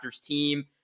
team